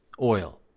oil